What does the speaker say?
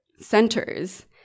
centers